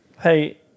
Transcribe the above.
Hey